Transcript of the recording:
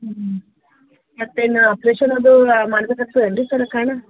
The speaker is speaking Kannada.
ಹ್ಞೂ ಮತ್ತೇನು ಆಪ್ರೇಷನ್ ಅದೂ ಮಾಡಬೇಕಾಗ್ತದೇನ್ರಿ ಸರ್ ಕಣ್ಣು